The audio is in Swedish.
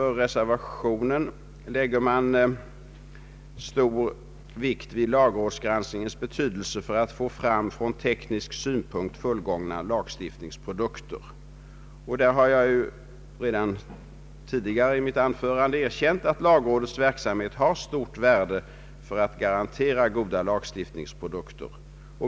reservationen lägger man stor vikt vid lagrådsgranskningens betydelse för att få fram från teknisk synpunkt fullgångna lagstiftningsprodukter. Jag har redan tidigare i mitt anförande erkänt att lagrådets verksamhet har stort värde för att garantera goda lagstiftningsprodukter.